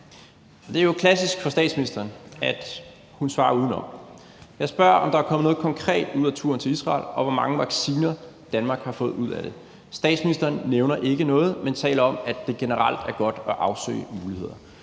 Det er jo klassisk for statsministeren, at hun svarer udenom. Jeg spørger om, om der er kommet noget konkret ud af turen til Israel, og hvor mange vacciner Danmark har fået ud af det. Statsministeren nævner ikke noget, men taler om, at det generelt er godt at afsøge muligheder.